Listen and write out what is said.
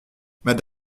mme